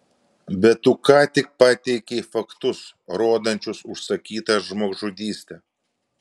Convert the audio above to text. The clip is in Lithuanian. bet tu ką tik pateikei faktus rodančius užsakytą žmogžudystę